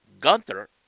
Gunther